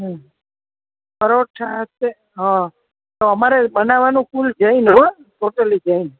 પરોઠા છે તો અમારે બનવાનું જૈન હો ટોટલી જૈન